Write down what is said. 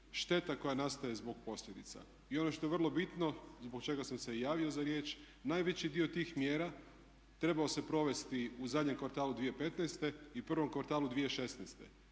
šteta koja nastaje zbog posljedica. I ono što je vrlo bitno zbog čega sam se i javio za riječ, najveći dio tih mjera trebao se provesti u zadnjem kvartalu 2015. i prvom kvartalu 2016.